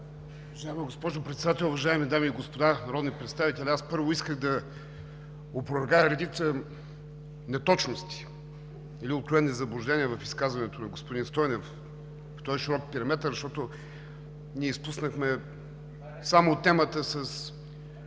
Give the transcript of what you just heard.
Уважаема госпожо Председател, уважаеми дами и господа народни представители! Първо исках да опровергая редица неточности или откровени заблуждения в изказването на господин Стойнев в този широк периметър, защото ние изпуснахме само темата с